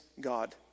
God